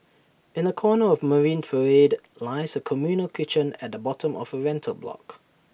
in A corner of marine parade lies A communal kitchen at the bottom of A rental block